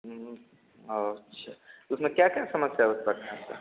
अच्छा उसमें क्या क्या समस्या उत्पन्न है